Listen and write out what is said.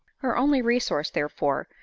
her only resource, therefore,